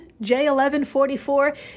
J1144